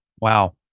Wow